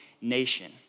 nation